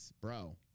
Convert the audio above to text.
bro